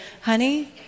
Honey